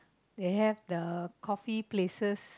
they have the coffee places